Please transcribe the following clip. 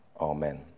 Amen